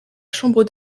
chambre